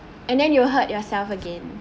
and then you will hurt yourself again